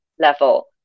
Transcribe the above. level